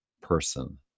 person